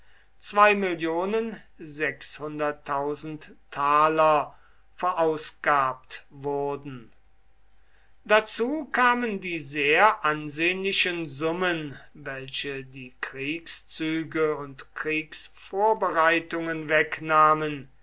mill sesterzen verausgabt wurden dazu kamen die sehr ansehnlichen summen welche die kriegszüge und kriegsvorbereitungen wegnahmen